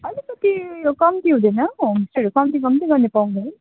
अलिकति कम्ती हुँदैन होमस्टेहरू कम्ती कम्ती गर्नु पाउँदैन